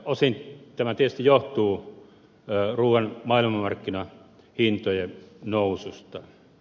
osin tämä tietysti johtuu ruuan maailmanmarkkinahintojen noususta